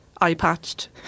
eye-patched